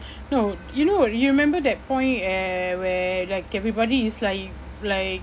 no you know you remember that point eh where like everybody is like like